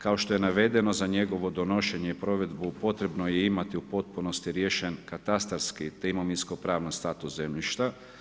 Kao što je navedeno za njegovo donošenje i provedbu potrebno je imati u potpunosti riješen katastarski te imovinsko-pravni status zemljišta.